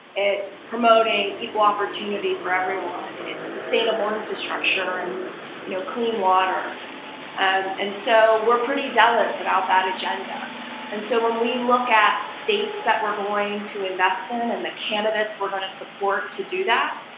it's promoting equal opportunity for everyone, it's sustainable infrastructure and you know clean water and so we're pretty zealous about that agenda and so when we look at states that we're going to invest in and the candidates we're going to support to do that,